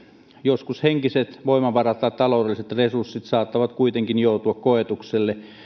joskus henkiset voimavarat tai taloudelliset resurssit saattavat kuitenkin joutua koetukselle